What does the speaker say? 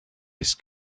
his